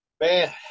Man